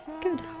good